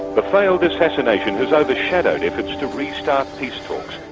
the failed assassination has overshadowed efforts to re-start peace talks.